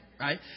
right